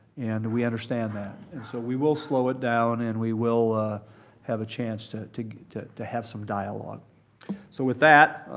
and we understand that. and so we will slow it down and we will have a chance to to to have some dialogue. so with that,